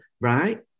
right